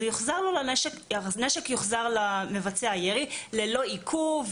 אז הנשק יוחזר למבצע הירי ללא עיכוב,